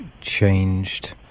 changed